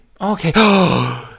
Okay